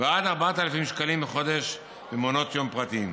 ועד 4,000 שקלים לחודש במעונות יום פרטיים.